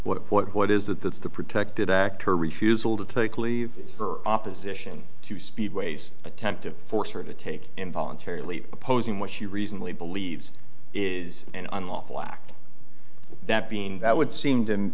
what what what is that that's the protected act her refusal to take leave her opposition to speedways attempt to force her to take involuntary leave opposing what she reasonably believes is an unlawful act that being that would seem to